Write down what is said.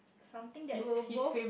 something that we'll both